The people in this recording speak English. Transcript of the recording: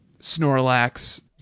Snorlax